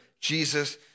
Jesus